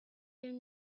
down